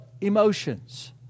emotions